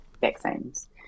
vaccines